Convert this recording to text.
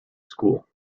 school